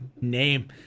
name